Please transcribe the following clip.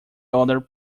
other